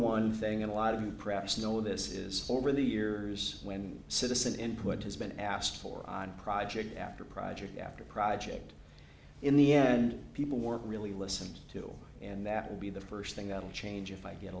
one thing a lot of you perhaps know this is over the years when citizen input has been asked for on a project after project after project in the end people weren't really listened to and that will be the first thing that will change if i get